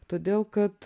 todėl kad